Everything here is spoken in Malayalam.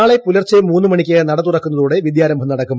നാളെ പുലർച്ചെ മൂന്ന് മണിയ്ക്ക് നട തുറക്കുന്നതോടെ വിദ്യാരംഭം നടക്കും